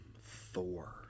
Thor